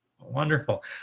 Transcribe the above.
wonderful